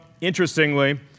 interestingly